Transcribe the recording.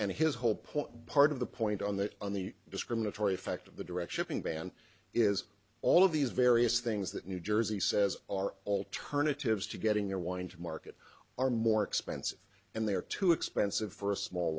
and his whole point part of the point on the on the discriminatory fact of the direction ban is all of these various things that new jersey says are alternatives to getting your wine to market are more expensive and they're too expensive for a small